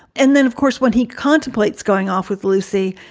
and then, of course, when he contemplates going off with lucy,